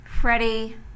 Freddie